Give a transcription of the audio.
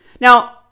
Now